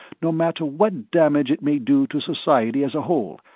no matter what damage it may do to society as a whole,